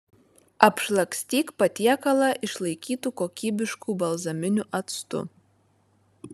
apšlakstyk patiekalą išlaikytu kokybišku balzaminiu actu